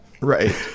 Right